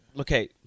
okay